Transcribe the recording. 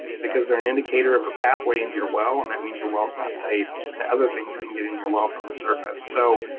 because they're an indicator of a pathway into your well, and that means your well is not safe and other things can get in your well from the surface. so